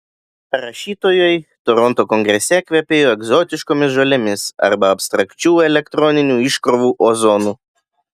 rašytojai toronto kongrese kvepėjo egzotiškomis žolėmis arba abstrakčių elektroninių iškrovų ozonu